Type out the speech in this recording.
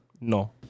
No